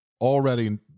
Already